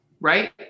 Right